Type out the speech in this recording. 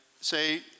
say